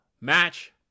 match